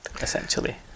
essentially